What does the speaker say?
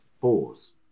fours